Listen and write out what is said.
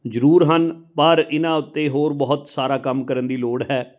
ਜ਼ਰੂਰ ਹਨ ਪਰ ਇਹਨਾਂ ਉੱਤੇ ਹੋਰ ਬਹੁਤ ਸਾਰਾ ਕੰਮ ਕਰਨ ਦੀ ਲੋੜ ਹੈ